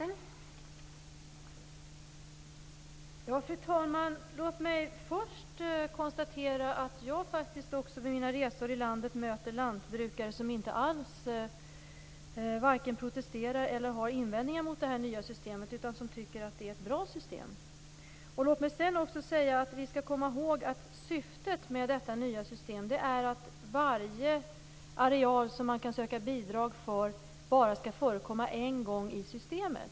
Fru talman! Låt mig först konstatera att jag vid mina resor i landet faktiskt också möter lantbrukare som inte alls vare sig protesterar eller har invändningar mot detta nya system. De tycker att det är ett bra system. Låt mig sedan säga att vi skall komma ihåg att syftet med det nya systemet är att varje areal som man kan söka bidrag för bara skall förekomma en gång i systemet.